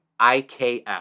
IKF